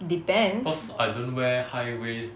depends